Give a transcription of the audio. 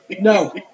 No